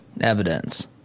evidence